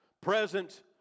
present